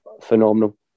phenomenal